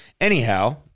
Anyhow